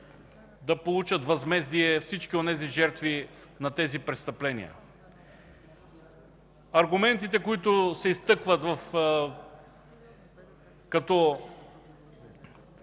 да получат възмездие всички жертви на тези престъпления. Аргументите, които се изтъкват като